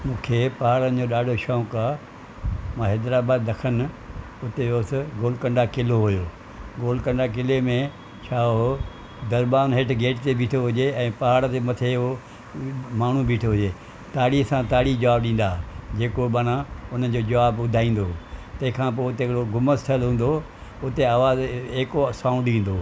मूंखे पहाड़नि जो ॾाढो शौक़ु आहे मां हैदराबाद दखनि हुते वियुसि गोलकुंडा किलो हुओ गोलकुंडा किले में छा हुओ दरबानु हेठि गेट ते बीठो हुजे ऐं पहाड़ जे मथे उहो माण्हू बीठो हुजे ताड़ीअ सां ताड़ी जवाबु ॾींदा हुआ जेको माना हुनजो जवाबु ॿुधाईंदो हुओ तंहिंखां पोइ हुते हिकिड़ो घुमिसि ठहियलु हूंदो हुओ उते आवाज़ु ईको साउंड ईंदो